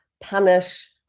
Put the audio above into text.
punish